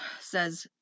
says